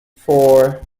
four